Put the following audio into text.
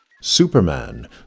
Superman